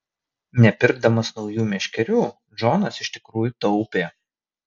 nepirkdamas naujų meškerių džonas iš tikrųjų taupė